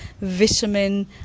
vitamin